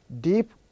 deep